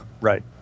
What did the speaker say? Right